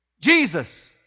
Jesus